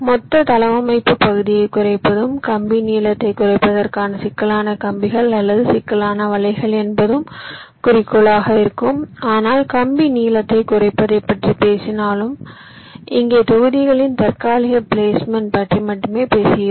மொத்த தளவமைப்புப் பகுதியைக் குறைப்பதும் கம்பி நீளத்தைக் குறைப்பதற்கான சிக்கலான கம்பிகள் அல்லது சிக்கலான வலைகள் என்பதும் குறிக்கோளாக இருக்கும் ஆனால் கம்பி நீளத்தைக் குறைப்பதைப் பற்றி பேசினாலும் இங்கே தொகுதிகளின் தற்காலிக பிளேஸ்மெண்ட் பற்றி மட்டுமே பேசுகிறோம்